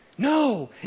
No